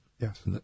Yes